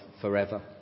forever